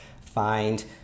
find